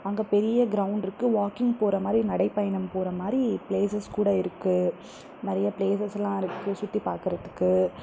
அங்கே பெரிய க்ரௌண்ட் இருக்குது வாக்கிங் போகிற மாதிரி நடைப் பயணம் போகிற மாதிரி ப்ளேசஸ் கூட இருக்கு நிறையப் ப்ளேசஸ்லாம் இருக்குது சுத்திப் பார்க்குறதுக்கு